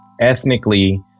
ethnically